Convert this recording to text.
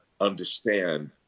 understand